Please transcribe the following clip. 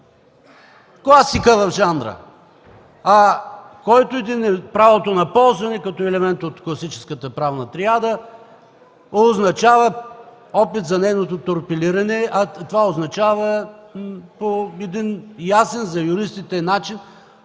Класика в жанра. Правото на ползване, като елемент от класическата правна триада, означава опит за неговото торпилиране, а това означава по един ясен за юристите начин